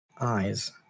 eyes